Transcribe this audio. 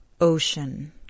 ocean